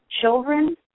Children